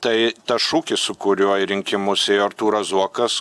tai tas šūkis su kuriuo į rinkimus ėjo artūras zuokas